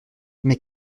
mais